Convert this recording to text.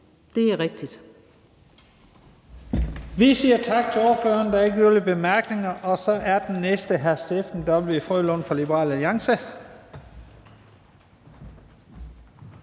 Det er rigtigt.